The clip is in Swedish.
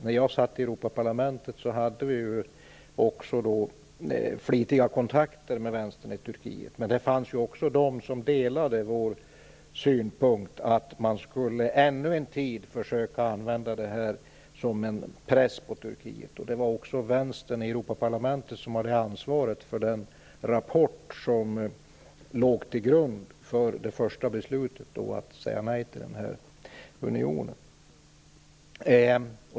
När jag satt i Europaparlamentet hade vi flitiga kontakter med vänstern i Turkiet, och det fanns också de som delade vår synpunkt att man ännu en tid skulle försöka använda det här som en press på Turkiet. Det var också vänstern i Europaparlamentet som hade ansvaret för den rapport som låg till grund för det första beslutet, dvs. att säga nej till unionen.